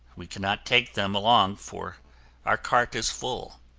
we cannot take them along for our cart is full.